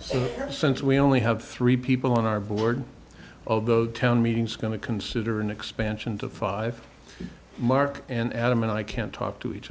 so since we only have three people on our board of those ten meetings going to consider an expansion to five mark and adam and i can't talk to each